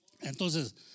Entonces